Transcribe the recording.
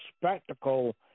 spectacle